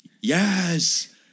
yes